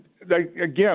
again